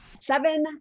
seven